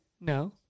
No